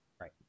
Right